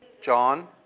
John